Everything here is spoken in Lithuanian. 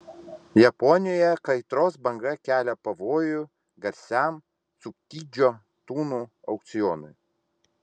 japonijoje kaitros banga kelia pavojų garsiam cukidžio tunų aukcionui